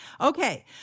Okay